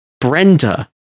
Brenda